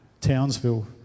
Townsville